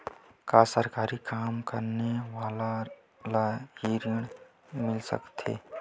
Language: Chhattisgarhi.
का सरकारी काम करने वाले ल हि ऋण मिल सकथे?